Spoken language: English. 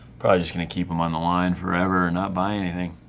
probably just gonna keep him on the line forever and not buy anything.